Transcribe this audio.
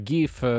Give